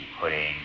putting